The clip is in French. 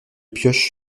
pioche